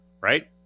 right